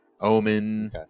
Omen